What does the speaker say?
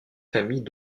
familles